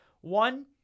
One